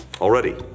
Already